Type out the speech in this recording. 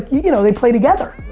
you know, they play together.